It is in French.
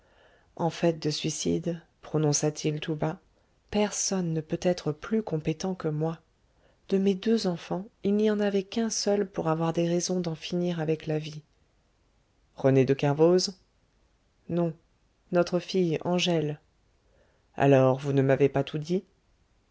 en fait de suicide prononça-t-il tout bas personne ne peut être plus compétent que moi de mes deux enfants il n'y en avait qu'un seul pour avoir des raisons d'en finir avec la vie rené de kervoz non notre fille angèle alors vous ne m'avez pas tout dit